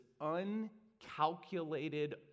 uncalculated